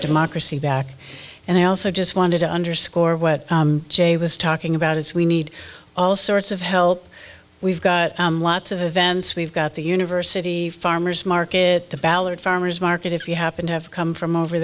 democracy back and i also just wanted to underscore what jay was talking about is we need all sorts of help we've got lots of events we've got the university farmer's market the ballard farmer's market if you happen to have come from over